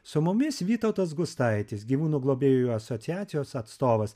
su mumis vytautas gustaitis gyvūnų globėjų asociacijos atstovas